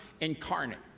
incarnate